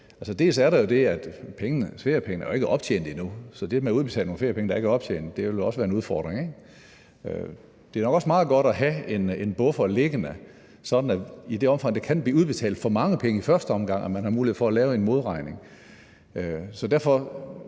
Bl.a. er der jo det, at feriepengene ikke er optjent endnu, så det med at udbetale nogle feriepenge, der ikke er optjent, vil også være en udfordring, ikke? Det er nok også meget godt at have en buffer liggende, sådan at man i det omfang, at der kan blive udbetalt for mange penge i første omgang, har mulighed for at lave en modregning. Så derfor